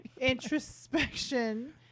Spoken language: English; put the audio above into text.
introspection